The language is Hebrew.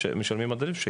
שמשלמים עד 1,100 שקל?